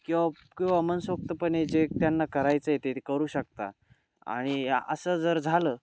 किंवा किंवा मनसोक्तपणे जे त्यांना करायचं आहे ते ते करू शकतात आणि असं जर झालं